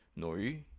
Nori